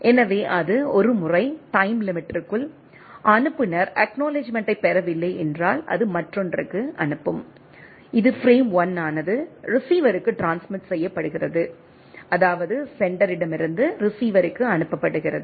எனவே அது ஒரு முறை டைம் லிமிட்டிற்குள் அனுப்புநர் அக்நாலெட்ஜ்மென்ட்டை பெறவில்லை என்றால் அது மற்றொன்றுக்கு அனுப்பும் இது பிரேம் 1 ஆனது ரிசீவருக்கு ரீட்ரான்ஸ்மிட் செய்யப்படுகிறது அதாவது செண்டரிடம் இருந்து ரீசிவருக்கு அனுப்பப்படுகிறது